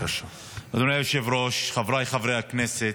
אדוני היושב-ראש, חבריי חברי הכנסת,